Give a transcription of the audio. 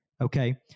Okay